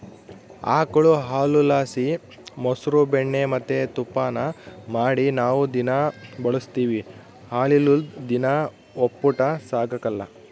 ಆಕುಳು ಹಾಲುಲಾಸಿ ಮೊಸ್ರು ಬೆಣ್ಣೆ ಮತ್ತೆ ತುಪ್ಪಾನ ಮಾಡಿ ನಾವು ದಿನಾ ಬಳುಸ್ತೀವಿ ಹಾಲಿಲ್ಲುದ್ ದಿನ ಒಪ್ಪುಟ ಸಾಗಕಲ್ಲ